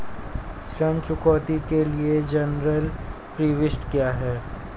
ऋण चुकौती के लिए जनरल प्रविष्टि क्या है?